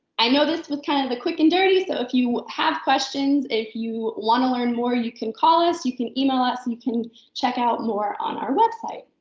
i know this was kind of a bit quick and dirty, so if you have questions, if you wanna learn more, you can call us, you can email us, and you can check out more on our website.